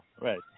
right